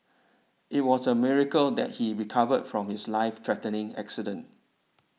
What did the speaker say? it was a miracle that he recovered from his life threatening accident